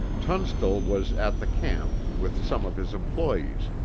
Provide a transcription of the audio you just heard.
tunstall was at the camp with some of his employes,